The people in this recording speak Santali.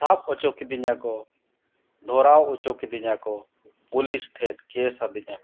ᱥᱟᱵ ᱦᱚᱪᱚ ᱠᱤᱫᱤᱧᱟᱠᱚ ᱫᱷᱚᱨᱟᱣ ᱦᱚᱪᱚ ᱠᱤᱫᱤᱧᱟ ᱠᱚ ᱯᱩᱞᱤᱥ ᱴᱷᱮᱡ ᱠᱮᱹᱥ ᱟᱹᱫᱤᱧᱟ ᱠᱚ